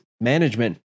Management